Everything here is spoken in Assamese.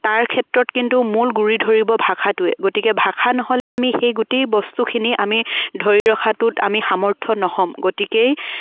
তাৰ ক্ষেত্ৰত কিন্তু মূল গুৰি ধৰিব ভাষাটোৱে গতিকে ভাষা নহ'লে আমি সেই গোটেই সেই বস্তুখিনি আমি ধৰি ৰখাটোত আমি সামৰ্থ্য নহ'ম গতিকেই